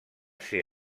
ser